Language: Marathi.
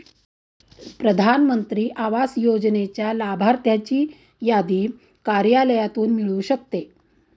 प्रधान मंत्री आवास योजनेच्या लाभार्थ्यांची यादी कार्यालयातून मिळू शकते